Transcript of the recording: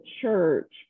church